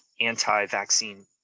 anti-vaccine